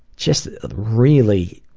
just really,